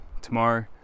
tomorrow